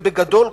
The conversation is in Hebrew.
ובגדול,